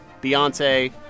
Beyonce